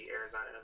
Arizona